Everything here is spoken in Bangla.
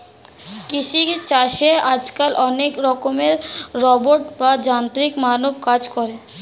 কৃষি চাষে আজকাল অনেক রকমের রোবট বা যান্ত্রিক মানব কাজ করে